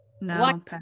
No